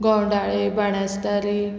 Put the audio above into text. गोंडाळे Banastari